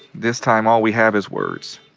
this time, all we have is words.